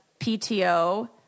PTO